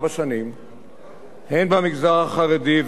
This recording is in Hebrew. הן במגזר החרדי והן במגזר הערבי,